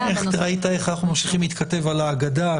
--- ראית איך אנחנו ממשיכים להתכתב על ההגדה?